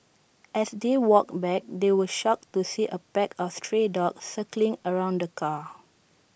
as they walked back they were shocked to see A pack of stray dogs circling around the car